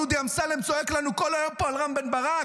ודודי אמסלם צועק לנו כל היום פה על רם בן ברק.